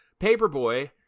Paperboy